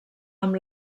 amb